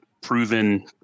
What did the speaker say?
proven